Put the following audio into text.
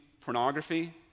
pornography